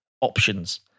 options